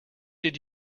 did